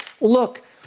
look